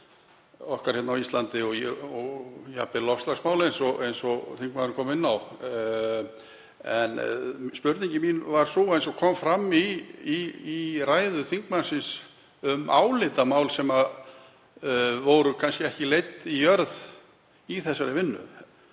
okkar hérna á Íslandi og jafnvel loftslagsmál, eins og þingmaðurinn kom inn á. En spurning mín var, eins og kom fram í ræðu þingmannsins, um álitamál sem voru kannski ekki leidd í jörð í þessari vinnu,